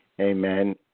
Amen